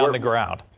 um the ground.